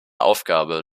aufgabe